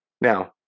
Now